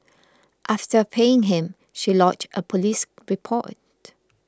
after paying him she lodged a police report